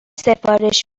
سفارش